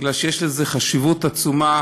כי יש לזה חשיבות עצומה,